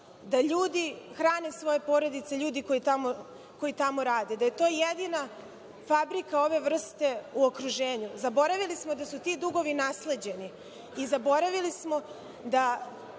da ljudi hrane svoje porodice, ljudi koji tamo rade, da je to jedina fabrika ove vrste u okruženju. Zaboravili smo da su ti dugovi nasleđeni i zaboravili smo da